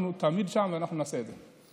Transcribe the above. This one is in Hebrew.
אנחנו תמיד שם ואנחנו נעשה את זה.